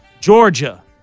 Georgia